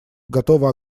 готово